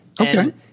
okay